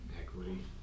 Equity